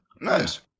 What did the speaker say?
Nice